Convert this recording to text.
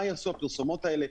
מה יעשו הפרסומות האלה?